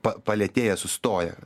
pa palėtėjas sustoja